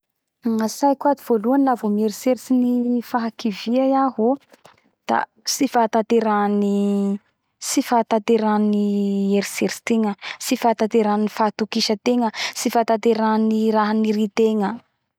Gnatsaiko ato voalohany la mieritseritsy fahakivia iaho oo da tsy fahataterahany tsy fahataterahany eritseriitsy tegna tsy fahataterahany fahatokisategna tsy fahataterahany raha iritegna